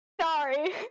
sorry